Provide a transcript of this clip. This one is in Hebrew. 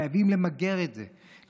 חייבים למגר את זה,